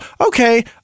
okay